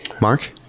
Mark